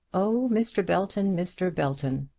oh mr. belton, mr. belton!